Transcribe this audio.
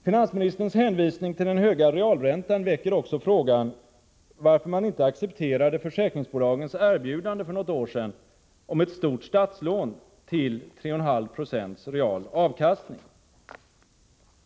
Finansministerns hänvisning till den höga realräntan väcker också frågan varför man inte accepterade försäkringsbolagens erbjudande för något år sedan om ett stort statslån till 3,5 26 real avkastning.